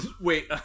wait